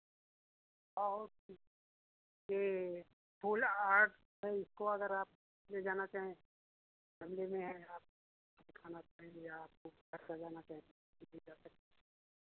और ये फूल आर्ट अगर इसको अगर आप ले जाना चाहें गमले में है आप दिखाना चाहेंगे आपको घर सजाना चाहेंगी तो ले जा सकती हैं